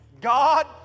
God